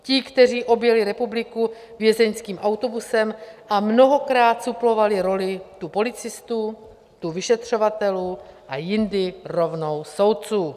Ti, kteří objeli republiku vězeňským autobusem a mnohokrát suplovali roli tu policistů, tu vyšetřovatelů a jindy rovnou soudců?